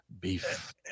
beef